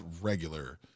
regular